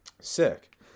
Sick